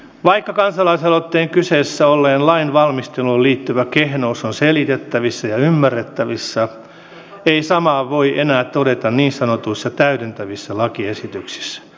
vaikka kansalaisaloitteen kyseessä olleeseen lainvalmisteluun liittyvä kehnous on selitettävissä ja ymmärrettävissä ei samaa voi enää todeta niin sanotuissa täydentävissä lakiesityksissä